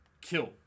kill